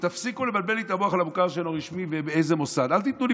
תפסיקו לבלבל את המוח על המוכר שאינו רשמי ובאיזה מוסד.